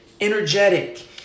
energetic